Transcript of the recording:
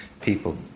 people